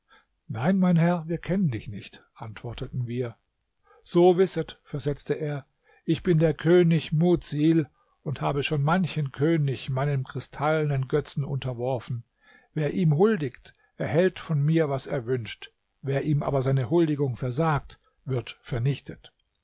nein mein herr wir kennen dich nicht antworteten wir so wisset versetzte er ich bin der könig mudsil und habe schon manchen könig meinem kristallenen götzen unterworfen wer ihm huldigt erhält von mir was er wünscht wer ihm aber seine huldigung versagt wird vernichtet